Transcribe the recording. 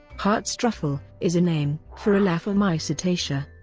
hart's truffle is a name for elaphomycetaceae.